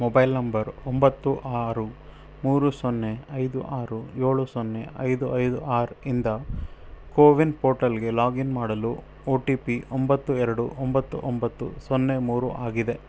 mobile number ಒಂಬತ್ತು ಆರು ಮೂರು ಸೊನ್ನೆ ಐದು ಆರು ಏಳು ಸೊನ್ನೆ ಐದು ಐದು ಆರು ಇಂದ ಕೋವಿನ್ ಪೋರ್ಟಲ್ಗೆ ಲಾಗಿನ್ ಮಾಡಲು ಓ ಟಿ ಪಿ ಒಂಬತ್ತು ಎರಡು ಒಂಬತ್ತು ಒಂಬತ್ತು ಸೊನ್ನೆ ಮೂರು ಆಗಿದೆ